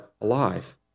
alive